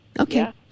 Okay